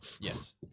Yes